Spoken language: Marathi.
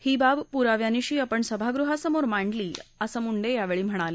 ही बाब पुराव्यानिशी आपण सभागृहासमोर मांडली असं मुंडे यावेळी म्हणाले